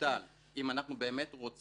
תבוטל אם אנחנו רוצים